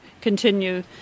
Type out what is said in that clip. continue